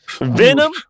Venom